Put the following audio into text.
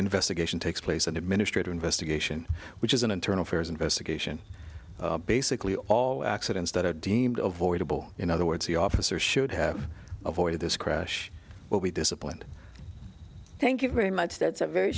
investigation takes place and administrator investigation which is an internal affairs investigation basically all accidents that are deemed of voidable in other words the officer should have avoided this crash will be disciplined thank you very much that's a very